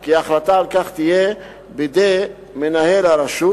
כי ההחלטה על כך תהיה בידי מנהל הרשות